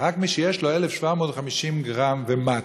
רק מי ששוקל 1,750 גרם ומטה.